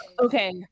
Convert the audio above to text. Okay